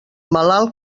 malalt